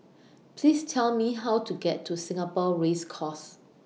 Please Tell Me How to get to Singapore Race Course